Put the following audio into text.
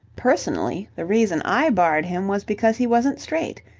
personally, the reason i barred him was because he wasn't straight.